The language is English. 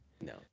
No